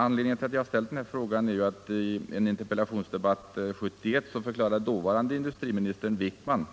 Anledningen till att jag ställt denna fråga är att dåvarande industriministern Wickman i en interpellationsdebatt år 1971 förklarade